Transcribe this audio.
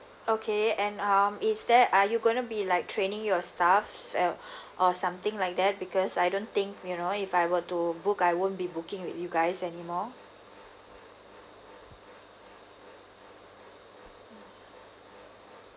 okay and um is there are you going to be like training your staff uh or something like that because I don't think you know if I were to book I won't be booking with you guys anymore